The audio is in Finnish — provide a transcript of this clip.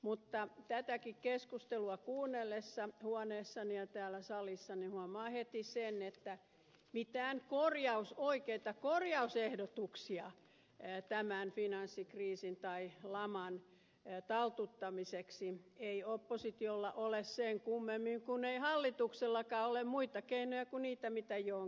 mutta tätäkin keskustelua kuunnellessa huoneessani ja täällä salissa huomaa heti sen että mitään oikeita korjausehdotuksia tämän finanssikriisin tai laman taltuttamiseksi ei oppositiolla ole sen kummemmin kuin ei hallituksellakaan ole muita keinoja kuin niitä mitä jo on käytetty